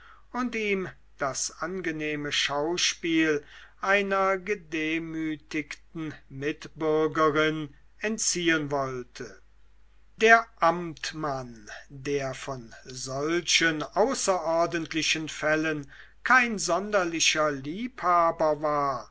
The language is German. und ihm das angenehme schauspiel einer gedemütigten mitbürgerin entziehen wollte der amtmann der von solchen außerordentlichen fällen kein sonderlicher liebhaber war